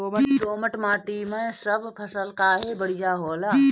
दोमट माटी मै सब फसल काहे बढ़िया होला?